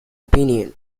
opinion